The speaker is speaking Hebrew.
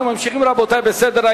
רבותי, אנחנו ממשיכים בסדר-היום: